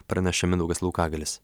praneša mindaugas laukagalis